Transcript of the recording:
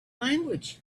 language